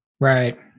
Right